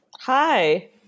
Hi